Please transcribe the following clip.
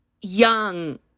young